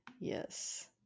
Yes